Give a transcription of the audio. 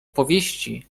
powieści